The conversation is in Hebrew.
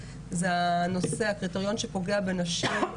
זה הקריטריון שפוגע בנשים,